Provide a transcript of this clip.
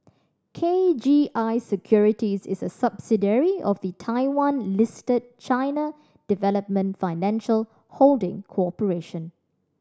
K G I Securities is a subsidiary of the Taiwan Listed China Development Financial Holding Corporation